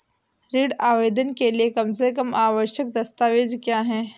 ऋण आवेदन के लिए कम से कम आवश्यक दस्तावेज़ क्या हैं?